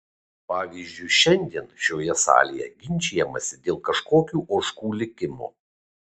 pavyzdžiui šiandien šioje salėje ginčijamasi dėl kažkokių ožkų likimo